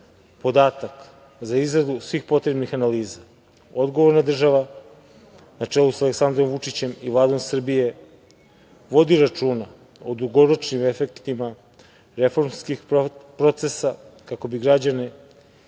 podatak za izradu svih potrebnih analiza. Odgovorna država na čelu sa Aleksandrom Vučićem i Vladom Srbije vodi računa o dugoročnim efektima reformskih procesa kako bi građani